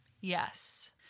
Yes